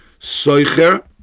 soicher